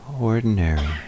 ordinary